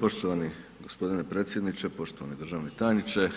Poštovani gospodine predsjedniče, poštovani državni tajniče,